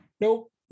nope